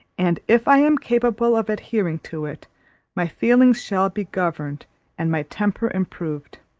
and if i am capable of adhering to it my feelings shall be governed and my temper improved.